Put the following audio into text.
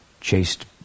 chased